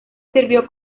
sirvió